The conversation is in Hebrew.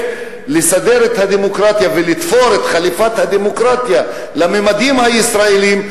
לסדר את הדמוקרטיה ולתפור את חליפת הדמוקרטיה לממדים הישראליים,